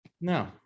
No